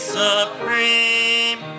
supreme